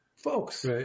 Folks